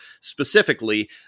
specifically